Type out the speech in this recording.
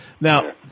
Now